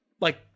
like-